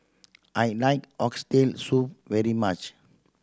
I like Oxtail Soup very much